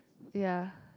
ya